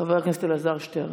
חבר הכנסת אלעזר שטרן.